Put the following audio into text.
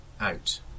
out